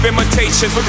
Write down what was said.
Imitations